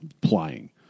playing